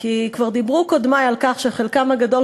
כי כבר דיברו קודמי על כך שחלקם הגדול